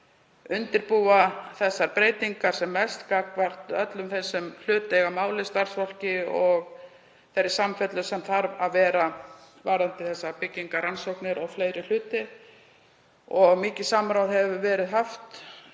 undirbúa þessar breytingar sem mest gagnvart öllum þeim sem hlut eiga að máli, starfsfólki, og hvað varðar þá samfellu sem þarf að vera varðandi byggingarrannsóknir og fleiri hluti. Mikið samráð hefur verið haft